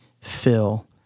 fill